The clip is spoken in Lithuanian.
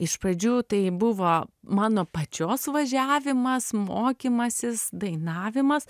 iš pradžių tai buvo mano pačios važiavimas mokymasis dainavimas